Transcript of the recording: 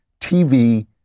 TV